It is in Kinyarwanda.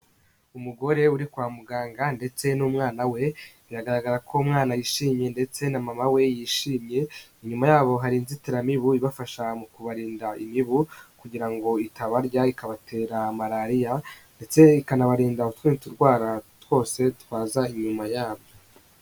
Umugore uri kwa muganga ndetse n'umwana we, biragaragara ko uwo umwana yishimye ndetse na mama we yishimye, inyuma yabo hari inzitiramibu ibafasha mu kubarinda ibibu kugira ngo itabarya ikabatera malariya ndetse ikanabarinda na tuno turwara twose twaza inyuma yabo.